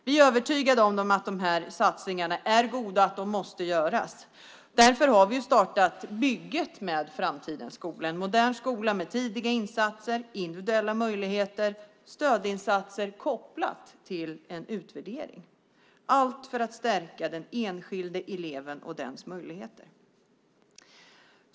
Vi är övertygade om att de här satsningarna är goda och måste göras. Därför har vi startat bygget med framtidens skola - en modern skola med tidiga insatser, individuella möjligheter och stödinsatser kopplat till en utvärdering, allt för att stärka den enskilda eleven och den enskilda elevens möjligheter.